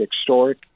historic